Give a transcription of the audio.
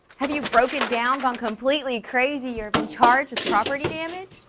have you broken down, gone completely crazy or been chargd with property damage?